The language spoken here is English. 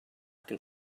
can